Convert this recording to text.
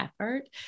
effort